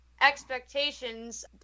expectations